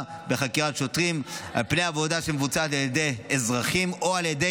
בחקירת שוטרים על פני עבודה שמבוצעת על ידי אזרחים או על ידי